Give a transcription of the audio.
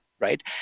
right